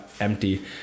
empty